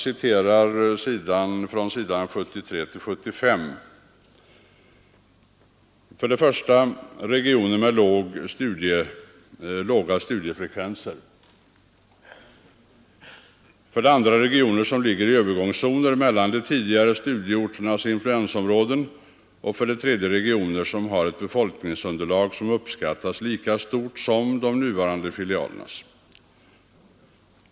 73—75 står där följande kriterier: För det första regioner med låga studerandefrekvenser, för det andra regioner som ligger i övergångszoner mellan de tidigare studieorternas influensområden och för det tredje regioner som har ett befolkningsunderlag som uppskattningsvis är lika stort som de nuvarande filialernas.